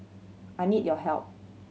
I need your help